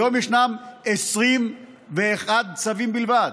היום ישנם 21 צווים בלבד.